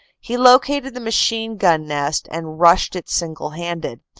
he located the machine-gun nest and rushed it single-handed,